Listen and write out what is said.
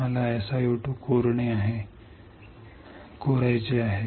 मला SiO2 खोदणे आहे